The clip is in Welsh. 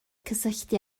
cysylltu